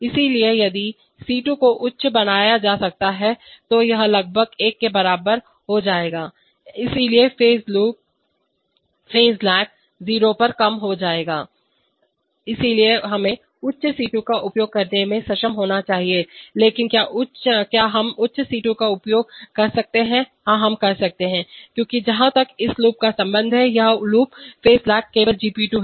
इसलिए यदि C2 को उच्च बनाया जा सकता है तो यह लगभग 1 के बराबर हो जाता है इसलिए फेज लूप फेज लेग 0 पर कम हो जाता है इसलिए हमें उच्च C2 का उपयोग करने में सक्षम होना चाहिए लेकिन क्या हम उच्च C2 का उपयोग कर सकते हैं हाँ हम कर सकते हैं क्योंकि जहां तक इस लूप का संबंध है यह लूप फेज लेग केवल GP2 है